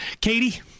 Katie